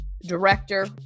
director